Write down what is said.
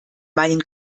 meinen